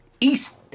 east